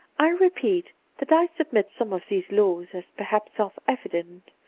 i repeat that i submit some of these laws as per haps self-evident.